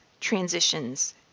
transitions